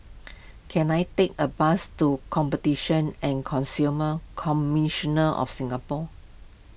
can I take a bus to Competition and Consumer Commissioner of Singapore